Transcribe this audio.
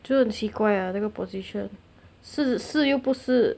就很奇怪 ah 那个 position 是是又不是